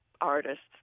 Artists